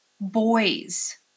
boys